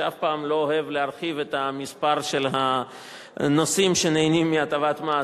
שאף פעם לא אוהב להרחיב את מספר הנושאים שנהנים מהטבת מס,